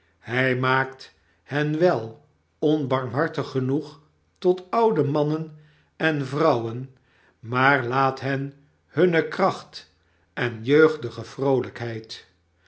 hij maakt hen wel onbarmhartig genoeg tot oude mannen en vrouwen maar laat hen hunne kracht en jeugdige vroolijkheid